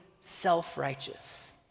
self-righteous